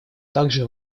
также